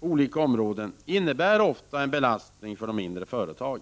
på olika områden innebär ofta en belastning för de mindre företagen.